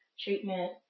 treatment